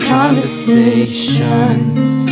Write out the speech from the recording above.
Conversations